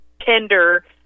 tender